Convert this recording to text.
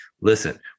listen